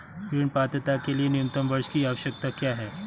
ऋण पात्रता के लिए न्यूनतम वर्ष की आवश्यकता क्या है?